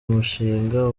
mushinga